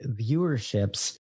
viewerships